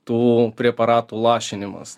tų preparatų lašinimas